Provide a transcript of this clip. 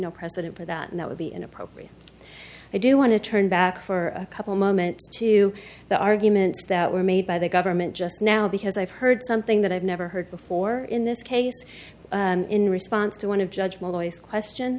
no precedent for that and that would be inappropriate i do want to turn back for a couple moments to the arguments that were made by the government just now because i've heard something that i've never heard before in this case in response to one of judgment lawyers question